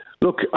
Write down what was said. Look